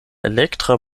elektra